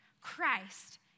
Christ